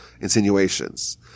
insinuations